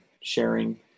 sharing